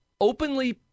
openly